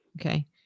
Okay